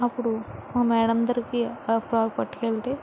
అప్పుడు మా మ్యాడం దగ్గరికి ఆ ఫ్రాక్ పట్టుకు వెళ్తే